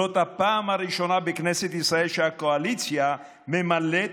זאת הפעם הראשונה בכנסת ישראל שהקואליציה ממלאת